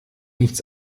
nichts